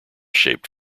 shaped